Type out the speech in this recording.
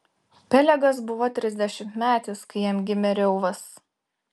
pelegas buvo trisdešimtmetis kai jam gimė reuvas